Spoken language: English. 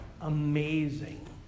amazing